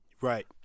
Right